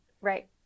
right